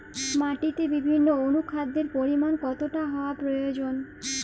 মাটিতে বিভিন্ন অনুখাদ্যের পরিমাণ কতটা হওয়া প্রয়োজন?